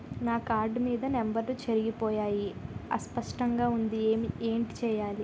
నా కార్డ్ మీద నంబర్లు చెరిగిపోయాయి అస్పష్టంగా వుంది ఏంటి చేయాలి?